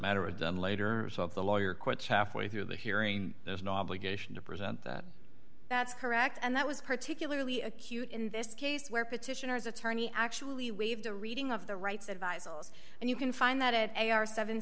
matter a done later the lawyer quits halfway through the hearing there's no obligation to present that that's correct and that was particularly acute in this case where petitioners attorney actually waived the reading of the rights advisor and you can find that it a r seven